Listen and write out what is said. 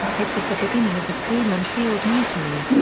it was the beginning of the freeman field mutiny.